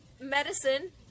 medicine